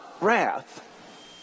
wrath